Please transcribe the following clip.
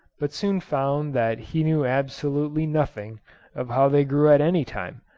but soon found that he knew absolutely nothing of how they grew at any time,